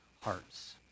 hearts